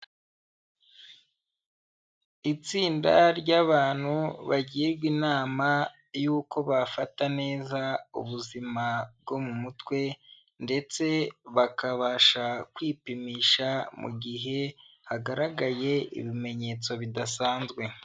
Itsinda ry'abantu bagirwa inama yuko bafata neza ubuzima bwo mu mutwe ndetse bakabasha kwipimisha mu gihe hagaragaye ibimenyetso bidasanzwe.